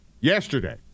Yesterday